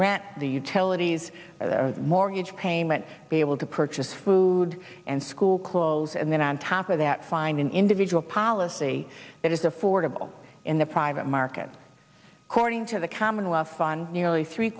rent the utilities the mortgage payment be able to purchase food and school clothes and then on top of that find an individual policy that is affordable in the private market cording to the commonwealth on nearly three